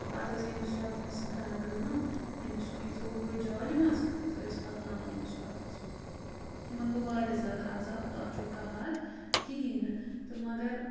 تہٕ پَتہٕ ٲسۍ أمِس سۄرفَس کَران کٲم أمِس یہِ تھووُکھ أتھ جالہِ منٛز تہٕ ٲسۍ پَکناوان أمِس سۄرفَس یِمَن گوٚو واریاہ زیادٕ عذاب تَتھ چھُنہٕ کانٛہہ حد کِہیٖنۍ نہٕ تہٕ مگر